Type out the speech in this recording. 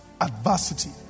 adversity